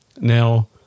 Now